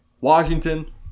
Washington